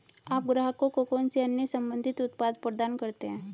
आप ग्राहकों को कौन से अन्य संबंधित उत्पाद प्रदान करते हैं?